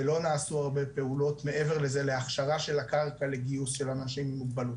ולא נעשו הרבה פעולות מעבר לזה להכשרה של הקרקע לגיוס אנשים עם מוגבלות.